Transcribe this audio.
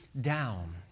down